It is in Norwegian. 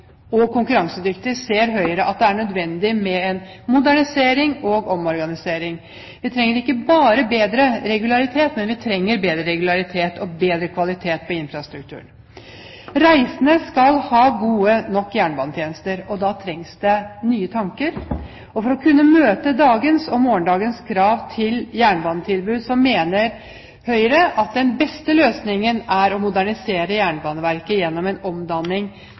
og konkurransedyktig, ser Høyre at det er nødvendig med en modernisering og omorganisering. Vi trenger ikke bare bedre regularitet, men vi trenger også bedre kvalitet på infrastrukturen. Reisende skal ha gode nok jernbanetjenester, og da trengs det nye tanker. For å kunne møte dagens og morgendagens krav til jernbanetilbud mener Høyre at den beste løsningen er å modernisere Jernbaneverket gjennom en omdanning